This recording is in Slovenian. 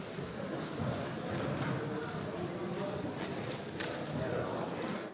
Hvala!